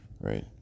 right